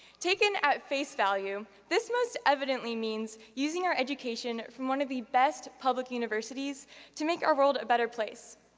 taken at face value, this most evidently means using our education from one of the best public universities to make our world a better place,